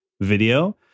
video